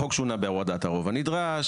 החוק שונה בהורדת הרוב הנדרש,